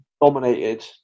dominated